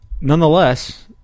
nonetheless